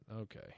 Okay